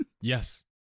Yes